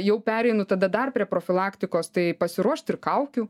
jau pereinu tada dar prie profilaktikos tai pasiruošt ir kaukių